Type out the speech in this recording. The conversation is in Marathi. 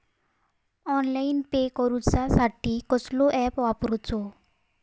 ऑनलाइन पे करूचा साठी कसलो ऍप वापरूचो?